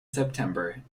september